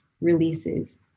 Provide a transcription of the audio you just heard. releases